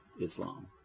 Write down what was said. Islam